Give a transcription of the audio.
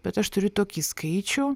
bet aš turiu tokį skaičių